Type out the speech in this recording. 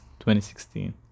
2016